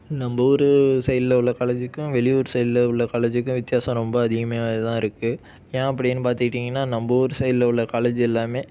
நம்ம ஊர் சைடுல உள்ள காலேஜ்ஜுக்கும் வெளியூர் சைடுல உள்ள காலேஜ்ஜுக்கும் வித்தியாசம் ரொம்ப அதிகமாகவே தான் இருக்குது ஏன் அப்படின்னு பார்த்துக்கிட்டிங்கன்னா நம்ம ஊர் சைடுல உள்ள காலேஜ் எல்லாமே